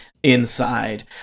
inside